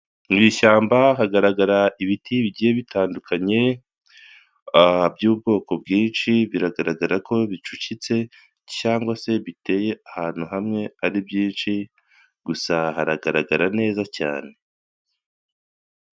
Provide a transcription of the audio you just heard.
Mu ishyamba hagaragara ibiti bigiye bitandukanye, by'ubwoko bwinshi biragaragara ko bicucitse cyangwa se biteye ahantu hamwe ari byinshi, gusa haragaragara neza cyane.